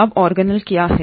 अब ऑर्गेनेल क्या हैं